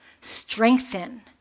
strengthen